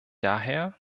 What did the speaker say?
daher